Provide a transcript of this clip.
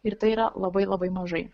ir tai yra labai labai mažai